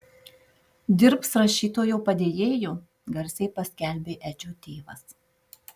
dirbs rašytojo padėjėju garsiai paskelbė edžio tėvas